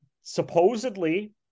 Supposedly